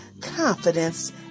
confidence